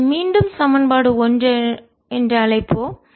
அதை மீண்டும் சமன்பாடு ஒன்று என்று அழைப்போம்